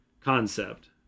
concept